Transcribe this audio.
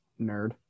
Nerd